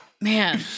Man